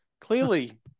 Clearly